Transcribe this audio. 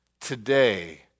Today